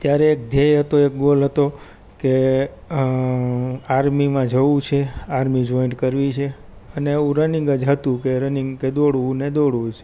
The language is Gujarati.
ત્યારે ધ્યેય હતો એક ગોલ હતો કે આર્મીમાં જવું છે આર્મી જોઇન્ટ કરવી છે અને એવું રનિંગ જ હતું કે રનિંગ કે દોડ ને કે દોડવું જ